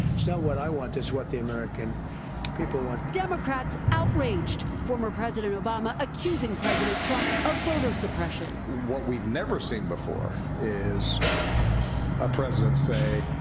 so what i want. it's what the american people want. reporter democrats outraged. former president obama accusing president trump of voter suppression. what we've never seen before is a president say,